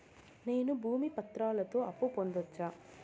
నేను భూమి పత్రాలతో అప్పు పొందొచ్చా?